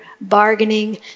bargaining